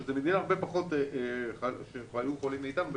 שזה מדינה שהיו בה הרבה פחות חולים מאיתנו,